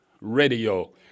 radio